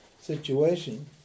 situation